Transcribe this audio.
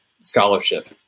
scholarship